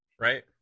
right